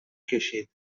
کشید